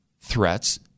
threats